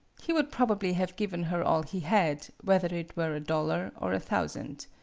he would probably have given her all he had, whether it were a dollar or a thousand.